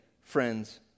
friends